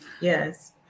yes